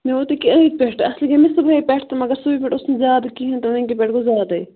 مےٚ ووت أکیاہ أدۍ پٮ۪ٹھ اَصلی گٔے مےٚ صُبحٲے پٮ۪ٹھ تہٕ مگر صُبحہِ پٮ۪ٹھ اوس نہٕ مےٚ زیادٕ کِہیٖنۍ تہٕ وٕنکہِ پٮ۪ٹھ گوٚو زیادَے